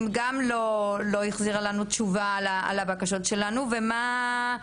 לא החזיר לנו תשובה לגבי הבקשות שלנו ומה,